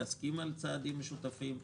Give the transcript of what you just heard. להסכים על צעדים משותפים,